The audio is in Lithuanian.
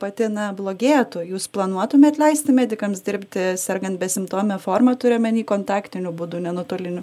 pati na blogėtų jūs planuotumėt leisti medikams dirbti sergant besimptome forma turiu omeny kontaktiniu būdu ne nuotoliniu